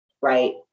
right